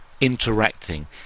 interacting